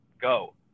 go